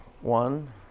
One